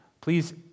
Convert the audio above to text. please